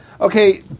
Okay